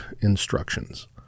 instructions